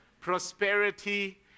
Prosperity